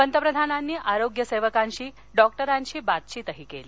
पंतप्रधानांनी आरोग्य सक्कांशी डॉक्टरांशी बातवितही कली